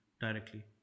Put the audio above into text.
directly